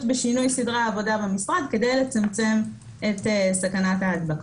בשינוי סדרי העבודה במשרד כדי לצמצם את סכנת ההדבקה.